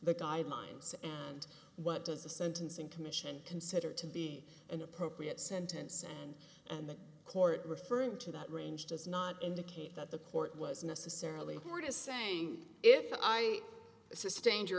the guidelines and what does the sentencing commission consider to be an appropriate sentence and in the court referred to that range does not indicate that the court was necessarily more to saying if i sustained your